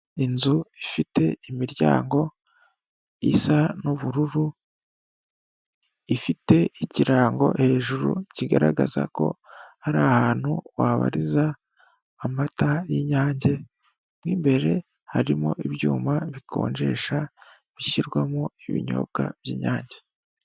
Inzu ifite imiryango isa n'ubururu ifite ikirango hejuru kigaragaza ko hari ahantu wabariza amata y'inyange mw'imbere harimo ibyuma bikonjesha bishyirwamo ibinyobwa by'inyange.